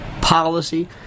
policy